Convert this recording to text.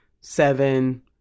seven